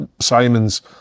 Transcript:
Simon's